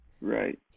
right